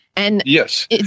Yes